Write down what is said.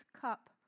cup